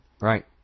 right